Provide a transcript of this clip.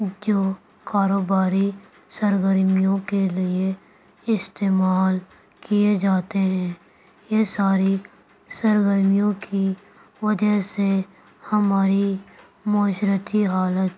جو کاروباری سرگرمیوں کے لیے استعمال کیے جاتے ہیں یہ ساری سرگرمیوں کی وجہ سے ہماری معاشرتی حالت